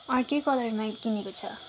अर्कै कलरमा किनेको छ